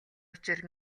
учир